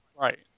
Right